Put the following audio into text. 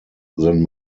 then